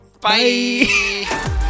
Bye